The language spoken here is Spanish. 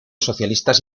socialistas